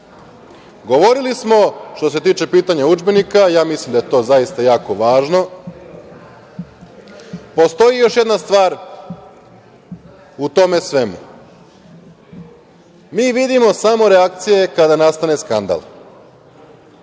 događaje. Što se tiče pitanja udžbenika, ja mislim da je to zaista jako važno. Postoji još jedna stvar u tome svemu. Mi vidimo samo reakcije kada nastane skandal.